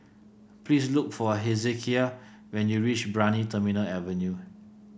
please look for Hezekiah when you reach Brani Terminal Avenue